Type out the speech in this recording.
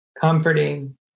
Comforting